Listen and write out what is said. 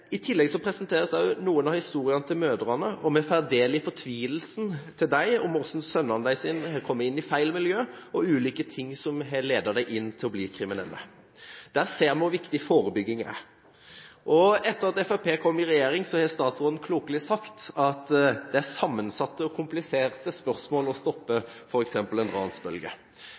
I tillegg presenteres også noen av mødrenes historier. Vi får ta del deres fortvilelse over at sønnene deres har kommet inn i feil miljø, og ulike ting som har ledet dem til å bli kriminelle. Her ser vi hvor viktig forebygging er. Etter at Fremskrittspartiet kom i regjering, har statsråden klokelig sagt at det er sammensatte og kompliserte spørsmål knyttet til det å stoppe f.eks. en ransbølge.